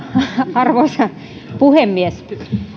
arvoisa puhemies